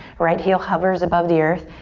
right heel hovers above the earth.